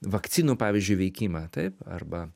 vakcinų pavyzdžiui veikimą taip arba